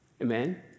Amen